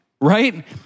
right